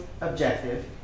objective